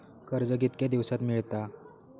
कर्ज कितक्या दिवसात मेळता?